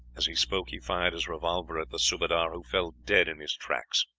as he spoke he fired his revolver at the subadar, who fell dead in his tracks.